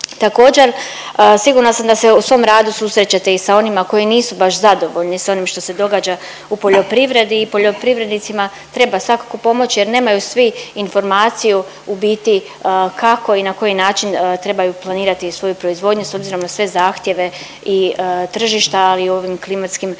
Također, sigurna sam da se u svom radu susrećete i sa onima koji nisu baš zadovoljni s onim što se događa u poljoprivredi i poljoprivrednicima treba svakako pomoći jer nemaju svi informaciju u biti kako i na koji način trebaju planirati svoju proizvodnju s obzirom na sve zahtjeve i tržišta, ali i u ovim klimatskim